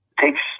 Takes